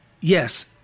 Yes